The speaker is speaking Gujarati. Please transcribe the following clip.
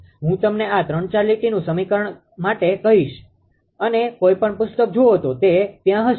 હું તમને આ 3 4 લીટીનુ સમીકરણ કરવા માટે કહીશ અને કોઈ પણ પુસ્તક જુઓ તો તે ત્યાં હશે